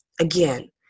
again